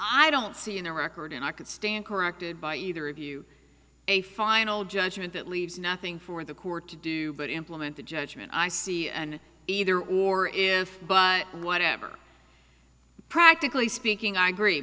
i don't see in the record and i could stand corrected by either of you a final judgment that leaves nothing for the court to do but implement the judgment i see an either or if but whatever practically speaking i agree